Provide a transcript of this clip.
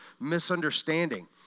misunderstanding